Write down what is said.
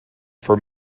for